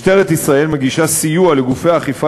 משטרת ישראל מגישה סיוע לגופי האכיפה